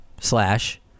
slash